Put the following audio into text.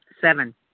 Seven